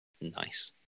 nice